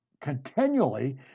continually